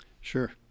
Sure